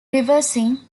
reversing